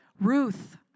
Ruth